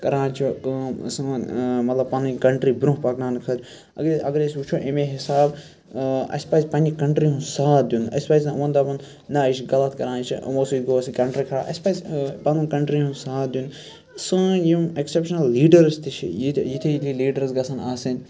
کَران چھُ کٲم سون مَطلَب پَنٕنۍ کَنٹری برونٛہہ پَکناونہٕ خٲطرٕ اگر اَگَر أسۍ وٕچھو امے حِساب اَسہِ پَزِ پَننہِ کَنٹری ہُنٛد ساتھ دیُن اَسہِ پَزِ نہٕ یِن دَپُن نہ یہِ چھِ غَلط کَران یہِ چھِ یِمو سۭتۍ گوٚو اَسہِ یہِ کَنٹری خَراب اَسہِ پَزِ پَنُن کَنٹری ہُنٛد ساتھ دیُن سٲنۍ یِم ایٚکسیٚپشَنَل لیٖڈٲرٕس تہِ چھِ یتھے یتھے لیٖڈررٕس گَژھن آسٕنۍ